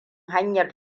hanyar